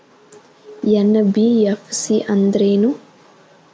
NBFC ಅಂದ್ರೇನು?